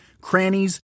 crannies